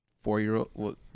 four-year-old